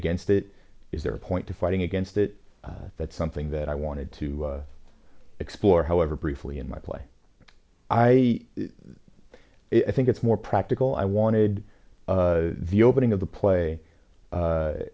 against it is there a point to fighting against it that's something that i wanted to explore however briefly in my play i think it's more practical i wanted the opening of the play